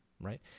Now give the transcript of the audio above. right